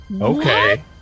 Okay